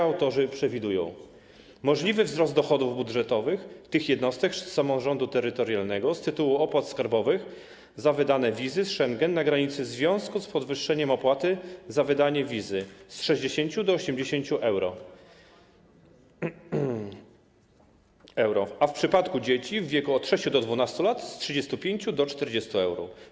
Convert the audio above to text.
Autorzy przewidują możliwy wzrost dochodów budżetowych tych jednostek samorządu terytorialnego z tytułu opłat skarbowych za wydanie wizy Schengen na granicy w związku z podwyższeniem opłaty za wydanie wizy z 60 do 80 euro, a w przypadku dzieci w wieku od 6 do 12 lat - z 35 do 40 euro.